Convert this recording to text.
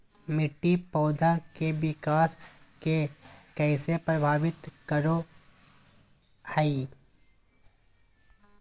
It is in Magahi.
मिट्टी पौधा के विकास के कइसे प्रभावित करो हइ?